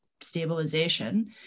stabilization